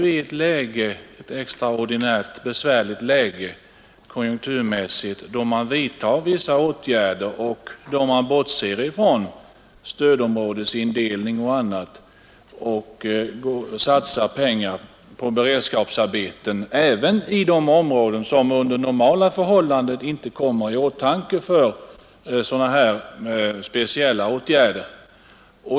Vi befinner oss ju i ett extraordinärt besvärligt läge i konjunkturmässigt avseende, då man vidtar vissa åtgärder och bortser från stödområdenas indelning och satsar pengar på beredskapsarbeten även i områden som under normala förhållanden inte kommer i åtanke för sådana speciella åtgärder.